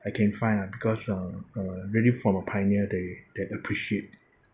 I can find lah because uh uh really from a pioneer they that appreciate